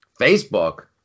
Facebook